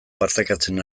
partekatzen